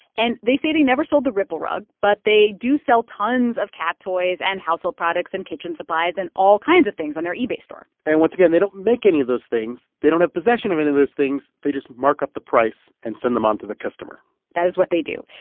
and they say they never sold the ripple rug, but they do sell tons of cat toys and household products and kitchen supplies and all kinds of things on their ebay store and, once again, they don't make any of those things. they don't have possession of any of those things. they just mark up the price and send them on to the customer that is what they do.